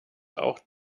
auch